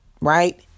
right